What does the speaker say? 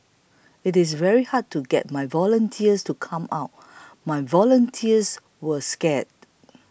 it is very hard to get my volunteers to come out my volunteers were scared